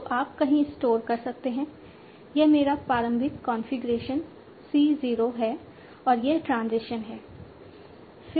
तो आप कहीं स्टोर कर सकते हैं यह मेरा प्रारंभिक कॉन्फ़िगरेशन C 0 है और यह ट्रांजिशन है